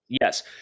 Yes